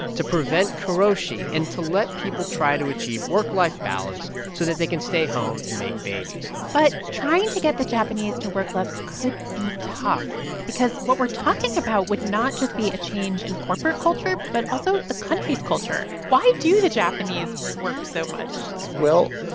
to prevent karoshi and to let people try to achieve work-life balance so that they can stay home and make babies but trying to get the japanese to work less could be tough because what we're talking about would not just be a change in corporate culture, but also the country's culture why do the japanese work so much well,